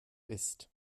isst